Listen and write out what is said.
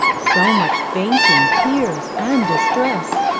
so much fainting, tears, and distress,